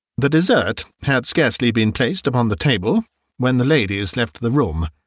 the dessert had scarcely been placed upon the table when the ladies left the room.